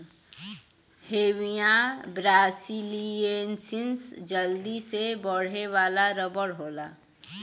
Hevea brasiliensis जल्दी से बढ़े वाला रबर होला